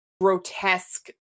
grotesque